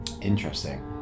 Interesting